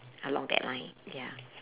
along that line ya